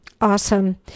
awesome